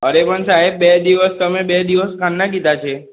અરે પણ સાહેબ બે દિવસ તમે બે દિવસ ક્યારનાં કીધા છે